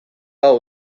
hau